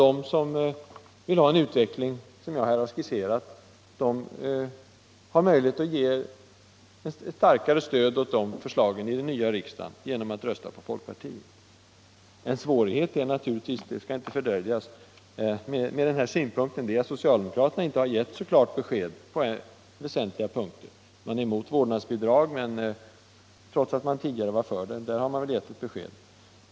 De som vill ha en sådan utveckling som jag här skisserat har möjlighet att ge ett starkare stöd för de förslagen i den nya riksdagen genom att rösta på folkpartiet. Det skall inte fördöljas att det är en svårighet för väljaren att socialdemokraterna inte har gett klart besked på väsentliga punkter. Man har gett ett besked, nämligen att man är emot vårdnadsbidrag — trots att man tidigare var för det.